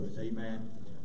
amen